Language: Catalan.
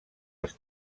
les